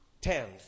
tenth